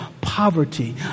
poverty